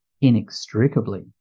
inextricably